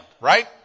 right